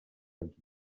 cents